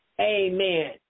Amen